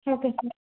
okay sir